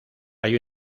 hay